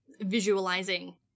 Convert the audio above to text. visualizing